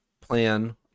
plan